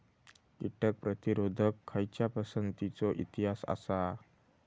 कीटक प्रतिरोधक खयच्या पसंतीचो इतिहास आसा?